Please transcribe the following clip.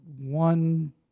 one